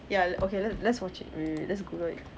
ya le~ okay let's let's watch it wait wait wait let's google it